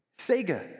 Sega